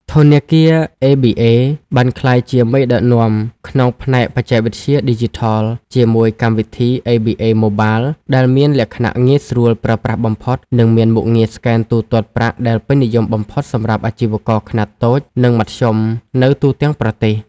ធនាគារ អេប៊ីអេ (ABA ) បានក្លាយជាមេដឹកនាំក្នុងផ្នែកបច្ចេកវិទ្យាឌីជីថល ជាមួយកម្មវិធី ABA Mobile ដែលមានលក្ខណៈងាយស្រួលប្រើប្រាស់បំផុត និងមានមុខងារស្កែនទូទាត់ប្រាក់ដែលពេញនិយមបំផុតសម្រាប់អាជីវករខ្នាតតូច និងមធ្យមនៅទូទាំងប្រទេស។